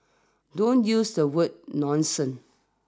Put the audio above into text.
don't use the word nonsense